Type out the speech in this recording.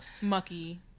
Mucky